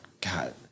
God